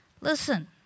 Listen